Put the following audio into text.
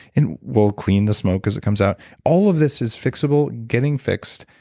and we'll clean the smoke as it comes out all of this is fixable, getting fixed,